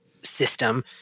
system